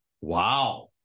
Wow